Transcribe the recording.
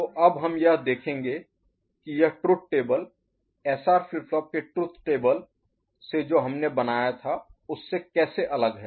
तो अब अब हम यह देखेंगे की यह truth table SR flip flop के ट्रुथ टेबल से जो हमने बनाया था उससे कैसे अलग है